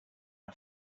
are